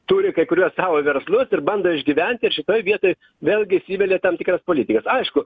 turi kai kuriuos savo verslus ir bando išgyventi ir šitoj vietoj vėlgi įsivelia tam tikra politika aišku